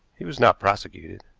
he was not prosecuted.